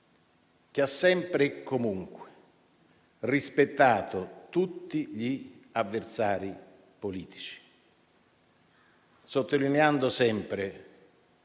che ha sempre e comunque rispettato tutti gli avversari politici,